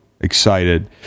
excited